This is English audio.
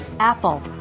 Apple